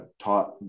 taught